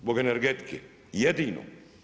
Zbog energetike, jedino.